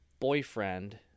boyfriend